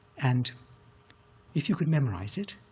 and if you could memorize it,